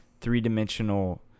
three-dimensional